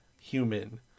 human